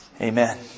Amen